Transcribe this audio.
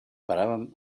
paràvem